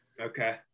Okay